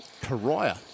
Pariah